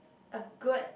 a good